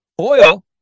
oil